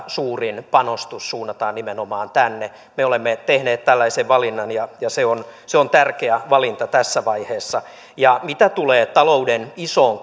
suurin panostus suunnataan nimenomaan tänne me olemme tehneet tällaisen valinnan ja ja se on se on tärkeä valinta tässä vaiheessa mitä tulee talouden isoon